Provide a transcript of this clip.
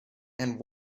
and